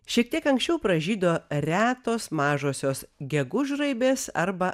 šiek tiek anksčiau pražydo retos mažosios gegužraibės arba